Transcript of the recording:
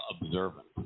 observant